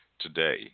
today